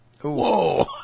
Whoa